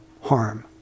harm